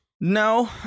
No